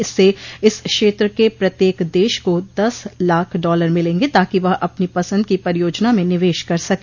इससे इस क्षेत्र के प्रत्येक देश को दस लाख डॉलर मिलेंगे ताकि वह अपनी पसंद की परियोजना में निवेश कर सके